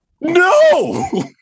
No